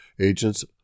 agents